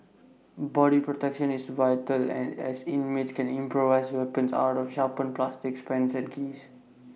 body protection is vital as inmates can improvise weapons out of sharpened plastics pens and keys